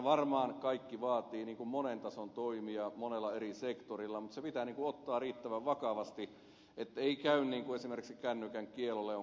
elikkä kaikki nämä varmaan vaativat monen tason toimia monella eri sektorilla mutta se pitää ottaa riittävän vakavasti ettei käy niin kuin esimerkiksi kännykän kiellolle on käynyt